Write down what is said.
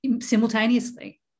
simultaneously